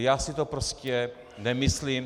Já si to prostě nemyslím.